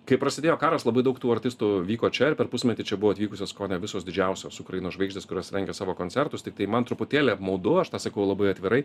kai prasidėjo karas labai daug tų artistų vyko čia ir per pusmetį čia buvo atvykusios kone visos didžiausios ukrainos žvaigždės kurios rengia savo koncertus tiktai man truputėlį apmaudu aš tą sakau labai atvirai